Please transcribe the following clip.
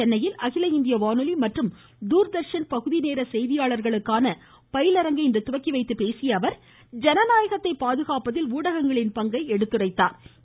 சென்னையில் இன்று அகில இந்திய வானொலி மற்றும் தூர்தர்ஷன் பகுதிநேர செய்தியாளர்களுக்கான பயிலரங்கை தொடங்கி வைத்து பேசிய அவர் ஜனநாயகத்தை பாதுகாப்பதில் ஊடகங்களின் பங்கை எடுத்துரைத்தார்